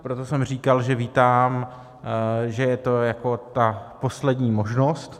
Proto jsem říkal, že vítám, že je to jako ta poslední možnost.